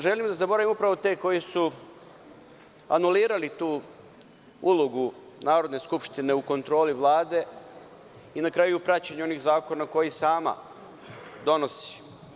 Želim da zaboravim upravo te koji su anulirali tu ulogu Narodne skupštine u kontroli Vlade i na kraju praćenja onih zakona koji sama donosi.